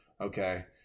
Okay